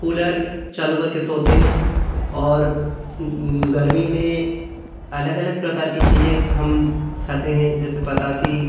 cooler चालू करके सोते हैं और गर्मी में अलग अलग प्रकार की चीज़ें हम खाते हैँ जैसे पतासी